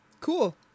cool